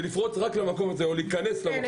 לפרוץ או להיכנס למקום הזה --- כן,